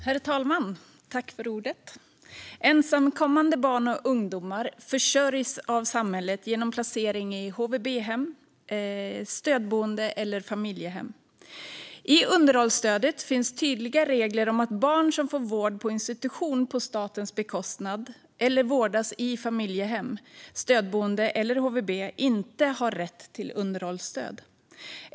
Herr talman! Ensamkommande barn och ungdomar försörjs av samhället genom placering i HVB-hem, stödboende eller familjehem. I underhållsstödet finns tydliga regler om att barn som får vård på institution på statens bekostnad eller vårdas i familjehem, stödboende eller HVB inte har rätt till underhållsstöd.